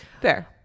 Fair